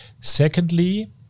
secondly